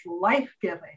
life-giving